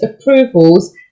approvals